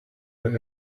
that